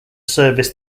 service